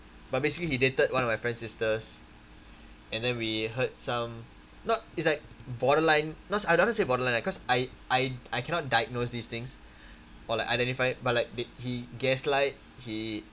but basically he dated one of my friend's sisters and then we heard some not it's like borderline not say I don't want to say borderline lah because I I I cannot diagnose these things or like identify but like they he gaslight he